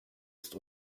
ist